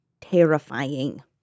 terrifying